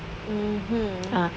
mmhmm